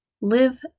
live